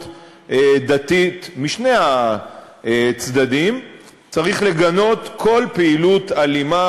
דתית משני הצדדים צריך לגנות כל פעילות אלימה,